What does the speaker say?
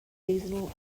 seasonal